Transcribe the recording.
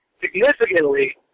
significantly